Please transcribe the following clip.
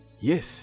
yes